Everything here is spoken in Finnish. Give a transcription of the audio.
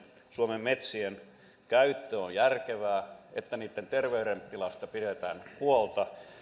suomen metsien käyttö on järkevää että niitten terveydentilasta pidetään huolta